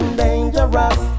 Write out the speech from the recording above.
dangerous